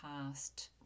past